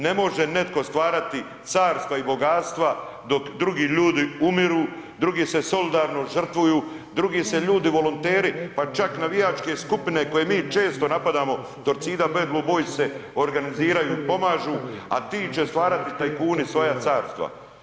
Ne može netko stvarati carstva i bogatstva dok drugi ljudi umiru, drugi se solidarno žrtvuju, drugi se ljudi volonteri pa čak navijačke skupine koje mi često napadamo Torcidu, BBB organiziraju pomažu, a ti će stvarati tajkuni svoja carstva.